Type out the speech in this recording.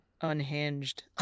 unhinged